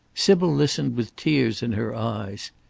sybil listened with tears in her eyes.